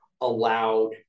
allowed